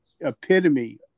epitome